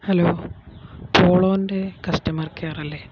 hello പോളോൻ്റെ customer കെയറല്ലേ